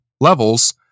levels